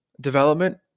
development